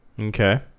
Okay